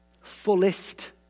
fullest